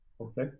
Okay